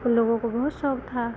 उन लोगों को बहुत शौक था